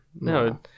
No